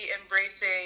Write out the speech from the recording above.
embracing